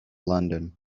london